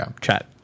chat